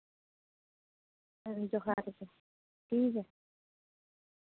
ᱡᱚᱦᱟᱨ ᱜᱮ ᱴᱷᱤᱠ ᱜᱮᱭᱟ